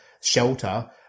shelter